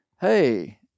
hey